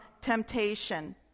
temptation